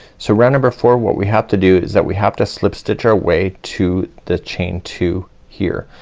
so round number four what we have to do is that we have to slip stitch our way to the chain two here.